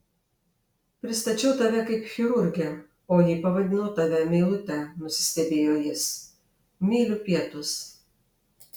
pristačiau tave kaip chirurgę o ji pavadino tave meilute nusistebėjo jis myliu pietus